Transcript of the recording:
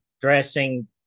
dressing